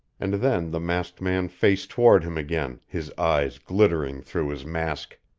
and then the masked man faced toward him again, his eyes glittering through his mask.